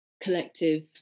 collective